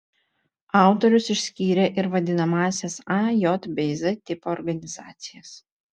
autorius išskyrė ir vadinamąsias a j bei z tipo organizacijas